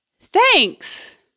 Thanks